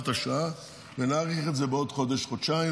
השעה ונאריך את זה בעוד חודש-חודשיים,